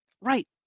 Right